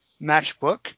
matchbook